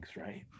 right